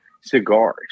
cigars